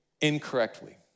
incorrectly